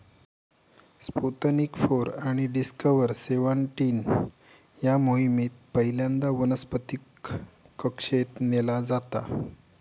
Sputnik four आणि Discover seventeen या मोहिमेत पहिल्यांदा वनस्पतीक कक्षेत नेला जाता